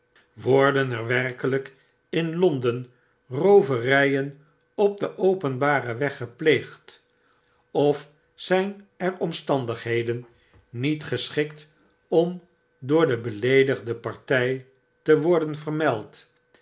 worden er werkelyk in londen rooveryen op den openbaren weg gepleegd ofzyn er omstandigheden niet geschikt om door de beleedigde partij te worden vermeld